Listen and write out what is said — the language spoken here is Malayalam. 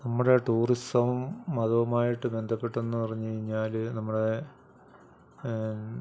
നമ്മുടെ ടൂറിസം മതവുമായിട്ട് ബന്ധപ്പെട്ടെന്ന് പറഞ്ഞ് കഴിഞ്ഞാൽ നമ്മുടെ